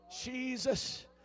Jesus